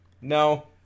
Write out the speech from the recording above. No